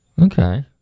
Okay